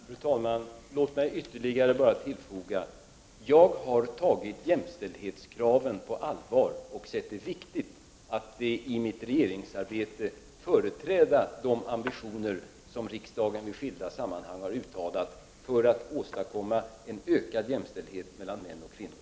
Fru talman! Låt mig ytterligare tillfoga att jag har tagit jämställdhetskraven på allvar och sett det som viktigt att i mitt regeringsarbete företräda de ambitioner som riksdagen vid skilda tillfällen har uttalat för att åstadkomma en ökad jämställdhet mellan män och kvinnor.